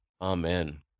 Amen